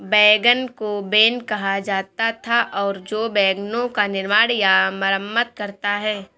wagon को wain कहा जाता था और जो वैगनों का निर्माण या मरम्मत करता है